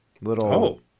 little